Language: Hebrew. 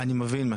אני מבין את